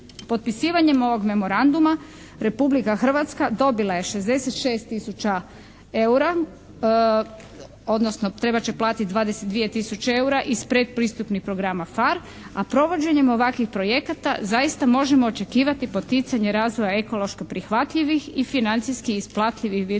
Potpisivanjem ovog memoranduma Republika Hrvatska dobila je 66 tisuća eura, odnosno trebat će platiti 22 tisuće eura iz pretpristupnih programa PHARE, a provođenjem ovakvih projekata zaista možemo očekivati poticanje razvoja ekoloških prihvatljivih i financijskih isplativih vidova